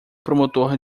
promotor